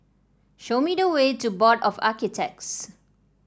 show me the way to Board of Architects